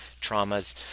traumas